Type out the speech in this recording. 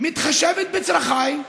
מתחשבת בצרכיי,